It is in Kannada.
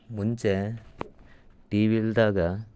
ಮುಂಚೆ ಟಿ ವಿಲ್ಲದಾಗ